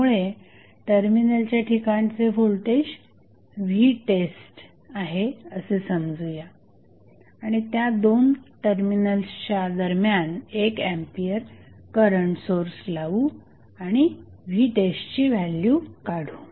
त्यामुळे टर्मिनलच्या ठिकाणचे व्होल्टेज vtestआहे असे समजूया आणि त्या दोन टर्मिनल्सच्या दरम्यान 1 एंपियर करंट सोर्स लावू आणि vtestची व्हॅल्यू काढू